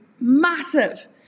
massive